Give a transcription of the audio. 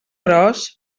gros